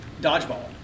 Dodgeball